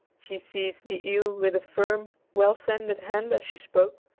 she seized the eel with a firm, well-sanded hand as she spoke,